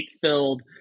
filled